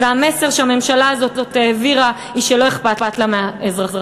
והמסר שהממשלה הזאת העבירה הוא שלא אכפת לה מהאזרחים.